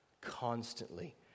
constantly